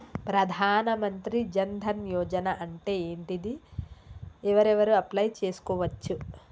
ప్రధాన మంత్రి జన్ ధన్ యోజన అంటే ఏంటిది? ఎవరెవరు అప్లయ్ చేస్కోవచ్చు?